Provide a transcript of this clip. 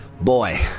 Boy